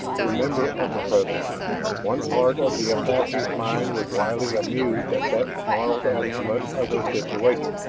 remember of the present one part of the apache's mind was wryly amused at that snarled estimate of their situation.